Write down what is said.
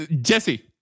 Jesse